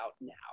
now